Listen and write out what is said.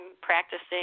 practicing